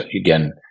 again